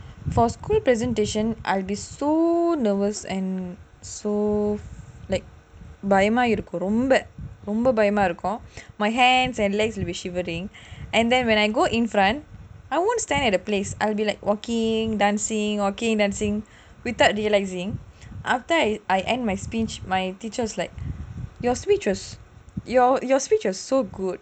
for school presentation I will be so nervous and so like பயமா இருக்கும் ரொம்ப பயமா இருக்கும்:bayamaa irukkum romba bayamaa irukum my hands and legs will be shivering and then when I go in front I won't stand at a place I'll be like walking dancing dancing without realising until I end my speech my teacher was like your speech was so good